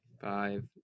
Five